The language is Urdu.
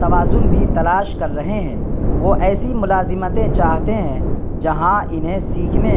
توازن بھی تلاش کر رہے ہیں وہ ایسی ملازمتیں چاہتے ہیں جہاں انہیں سیکھنے